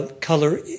color